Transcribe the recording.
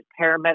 paramedic